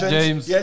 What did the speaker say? James